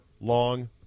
long